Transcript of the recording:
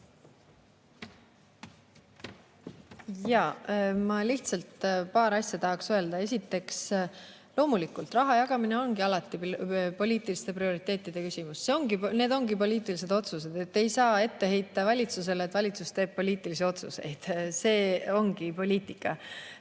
Jaa, ma lihtsalt paar asja tahaks öelda. Esiteks, loomulikult raha jagamine ongi alati poliitiliste prioriteetide küsimus. Need on poliitilised otsused. Ei saa ette heita valitsusele, et valitsus teeb poliitilisi otsuseid. See ongi poliitika,